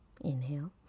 Inhale